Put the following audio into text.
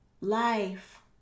life